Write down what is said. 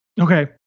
Okay